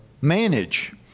manage